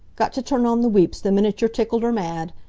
got t' turn on the weeps the minute you're tickled or mad.